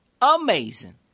Amazing